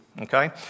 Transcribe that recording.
okay